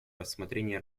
рассмотрения